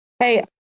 Hey